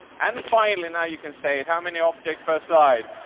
and finally, now you can say it. how many objects per slide?